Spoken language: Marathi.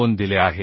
2 दिले आहे